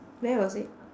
where was it